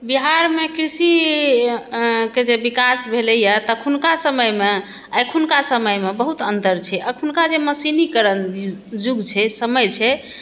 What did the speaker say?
बिहारमे कृषिके जे विकास भेलैए तऽ तखुनका समयमे आओर एखुनका समयमे बहुत अन्तर छै एखुनका जे मशीनीकरण युग छै समय छै